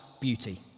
beauty